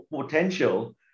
potential